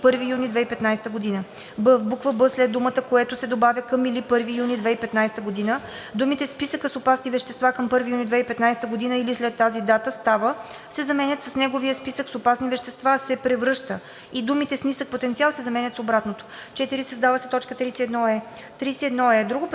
буква „б“ след думата „което“ се добавя „към или след 1 юни 2015 г.“, думите „списъка с опасни вещества към 1 юни 2015 г. или след тази дата става“ се заменят с „неговия списък с опасни вещества, се превръща“ и думите „с нисък потенциал“ се заменят с „обратно“. 4. Създава се т. 31е: